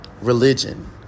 religion